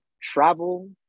travel